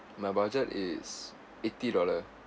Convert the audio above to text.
my budget is eighty dollar